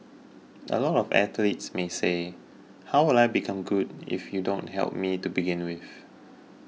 a lot of athletes may say how will I become good if you don't help me to begin with